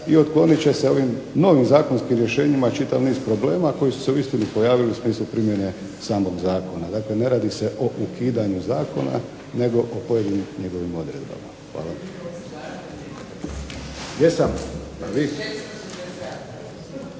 I otklonit će se ovim novim zakonskim rješenjima čitav niz problema koji su se uistinu pojavili u smislu primjene samog zakona. Dakle, ne radi se o ukidanju zakona, nego o pojedinim njegovim odredbama. Hvala.